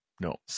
No